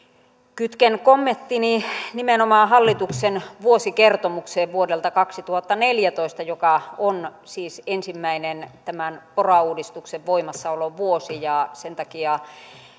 kytken kommenttini nimenomaan hallituksen vuosikertomukseen vuodelta kaksituhattaneljätoista joka on siis ensimmäinen tämän pora uudistuksen voimassaolovuosi sen takia